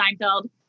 Seinfeld